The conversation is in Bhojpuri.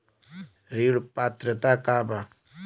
ऋण पात्रता का बा?